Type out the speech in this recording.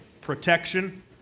protection